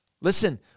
Listen